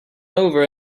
over